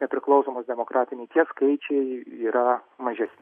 nepriklausomos demokratinės tie skaičiai yra mažesni